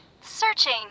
Searching